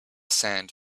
sand